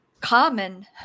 common